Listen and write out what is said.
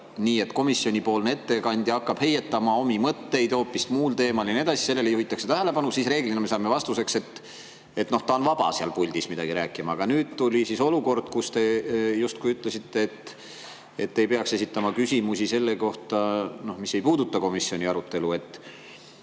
nii, et komisjonipoolne ettekandja hakkab heietama omi mõtteid hoopis muul teemal ja nii edasi. Sellele juhitakse tähelepanu ja siis reeglina me saame vastuseks, et ta on seal puldis vaba rääkima. Aga nüüd oli olukord, kus te justkui ütlesite, et ei peaks esitama küsimusi selle kohta, mis ei puuduta komisjoni arutelu.